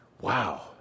Wow